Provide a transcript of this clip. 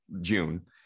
June